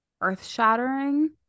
earth-shattering